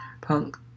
Punk